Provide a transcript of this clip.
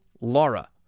Laura